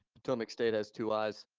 potomac state has two ayes.